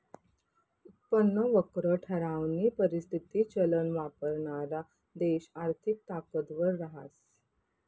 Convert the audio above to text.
उत्पन्न वक्र ठरावानी परिस्थिती चलन वापरणारा देश आर्थिक ताकदवर रहास